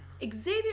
Xavier